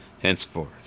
Henceforth